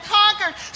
conquered